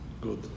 Good